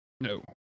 no